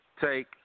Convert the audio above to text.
take